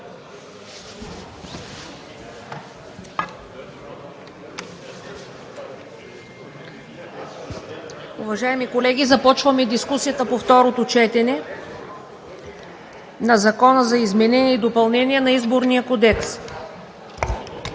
Уважаеми колеги, започваме дискусията по второто четене на Законопроекта за изменение и допълнение на Изборния кодекс.